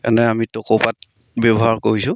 এনেই আমি টকৌপাত ব্যৱহাৰ কৰিছোঁ